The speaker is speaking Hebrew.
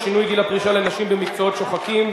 שינוי גיל הפרישה לנשים במקצועות שוחקים),